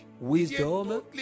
wisdom